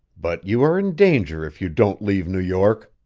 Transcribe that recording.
but you are in danger if you don't leave new york.